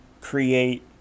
create